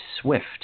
swift